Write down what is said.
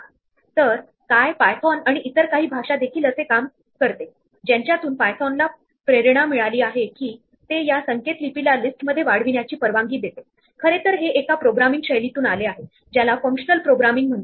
आपण Python list वापरू शकतो आणि यातून असे निष्पन्न होते की जी लिस्ट क्यू दर्शवते तिचे हेड उजव्या बाजूला आणि मागील टोक डाव्या बाजूला असणे योग्य आहे